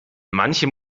manche